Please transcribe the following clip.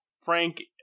Frank